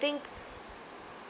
think